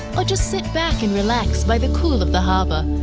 but just sit back and relax by the cool of the harbor.